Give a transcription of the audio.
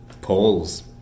Polls